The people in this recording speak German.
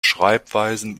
schreibweisen